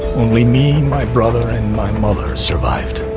only me, my brother, and my mother survived.